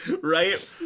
right